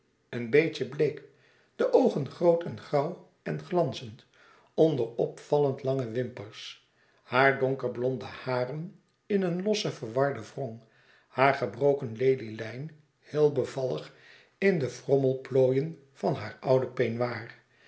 een beetje bleek de oogen groot en grauw en glansend onder opvallend lange wimpers haar donkerblonde haren in een losse verwarde wrong haar gebroken lelie lijn heel bevallig in de frommelplooien van haar ouden peignoir